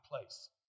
place